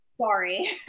Sorry